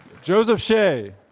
joseph shea.